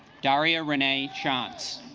daria renee chance